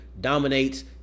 dominates